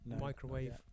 Microwave